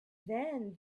then